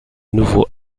nouveau